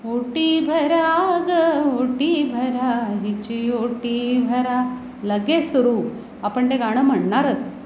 ओटी भरा गं ओटी भरा हिची ओटी भरा लगेच सुरू आपण ते गाणं म्हणणारच